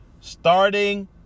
Starting